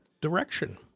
direction